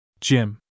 Jim